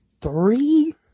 three